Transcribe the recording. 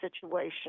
situation